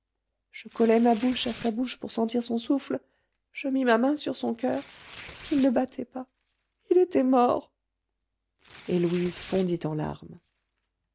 je collai ma bouche à sa bouche pour sentir son souffle je mis ma main sur son coeur il ne battait pas il était mort et louise fondit en larmes